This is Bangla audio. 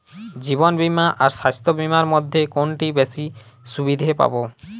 জীবন বীমা আর স্বাস্থ্য বীমার মধ্যে কোনটিতে বেশী সুবিধে পাব?